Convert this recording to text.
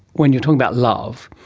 when you're talking about love,